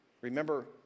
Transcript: Remember